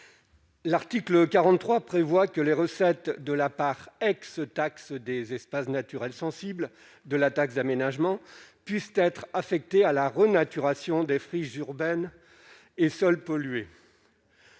l'article 43 prévoit que les recettes de la part ex taxe des espaces naturels sensibles de la taxe d'aménagement puissent être affectés à la renaturation des friches urbaines et sols pollués.